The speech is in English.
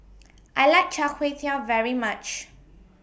I like Char Kway Teow very much